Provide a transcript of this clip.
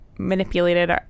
manipulated